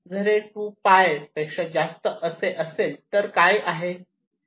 जर हे 2π पेक्षा जास्त असे तर ते काय असणार आहे